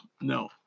No